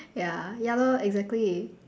ya ya lor exactly